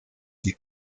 die